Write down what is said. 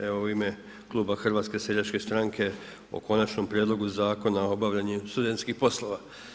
Evo u ime Kluba HSS o Konačnom prijedlogu Zakona o obavljanju studentskih poslova.